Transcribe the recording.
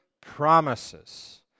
promises